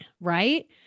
right